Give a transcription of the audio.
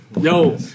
Yo